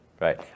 Right